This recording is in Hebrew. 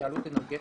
התייעלות אנרגטית.